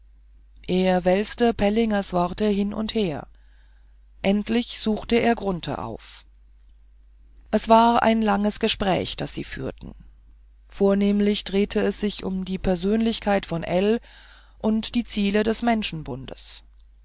er wälzte pellingers worte hin und her endlich suchte er grunthe auf es war ein langes gespräch das sie führten vornehmlich drehte es sich um die persönlichkeit von ell und die ziele des menschenbundes